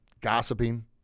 gossiping